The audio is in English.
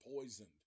poisoned